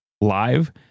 live